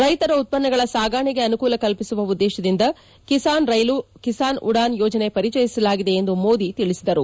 ರೈತರ ಉತ್ತನ್ನಗಳ ಸಾಗಾಣೆಗೆ ಆನುಕೂಲ ಕಲ್ಪಿಸುವ ಉದ್ದೇಶದಿಂದ ಕಿಸಾನ್ ರೈಲು ಕಿಸಾನ್ ಉಡಾನ್ ಯೋಜನೆ ಪರಿಚಯಿಸಲಾಗಿದೆ ಎಂದು ಮೋದಿ ತಿಳಿಸಿದರು